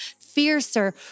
fiercer